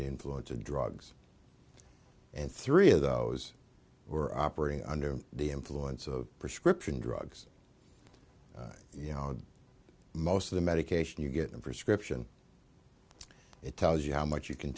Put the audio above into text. the influence of drugs and three of those were operating under the influence of prescription drugs you know most of the medication you get in for scription it tells you how much you can